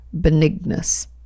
benignus